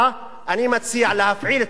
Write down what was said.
אני מציע להפעיל את השכל,